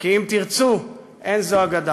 כי אם תרצו, אין זו אגדה.